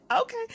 Okay